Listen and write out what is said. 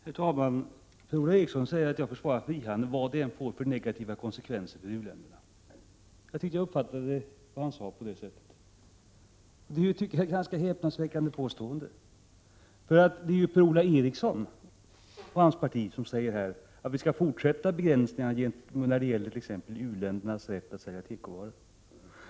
Herr talman! Per-Ola Eriksson säger att jag försvarar frihandeln vad den än får för negativa konsekvenser för u-länderna. Jag uppfattade det han sade på det sättet. Det är ett ganska häpnadsväckande påstående. Det är ju Per-Ola Eriksson och hans parti som säger att vi skall fortsätta begränsningarna t.ex. när det gäller u-ländernas rätt att sälja tekovaror.